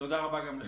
תודה רבה לך.